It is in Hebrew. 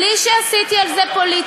בלי שעשיתי על זה פוליטיקה,